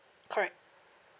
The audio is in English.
correct